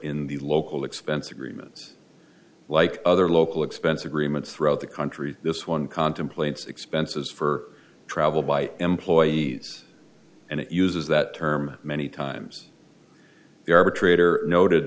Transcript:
in the local expense agreements like other local expense agreements throughout the country this one contemplates expenses for travel by employees and it uses that term many times